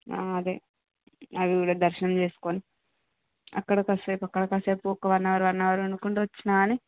అదే అది కూడా దర్శనం చేసుకుని అక్కడ కాసేపు అక్కడ కాసేపు ఒక వన్ అవర్ వన్ అవర్ ఉండుకుంటూ వచ్చినా కాని